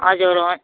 हजुर